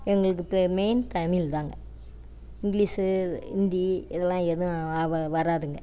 எங்களுக்கு இப்போ மெயின் தமிழ் தாங்க இங்கிலிஷு இந்தி இதெல்லாம் எதுவும் ஆவ வராதுங்க